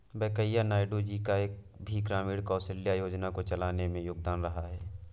वैंकैया नायडू जी का भी ग्रामीण कौशल्या योजना को चलाने में योगदान रहा है